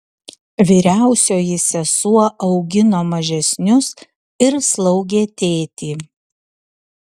vyriausioji sesuo augino mažesnius ir slaugė tėtį